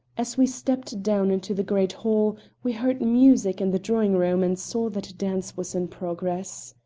as we stepped down into the great hall we heard music in the drawing-room and saw that a dance was in progress.